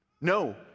No